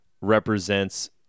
represents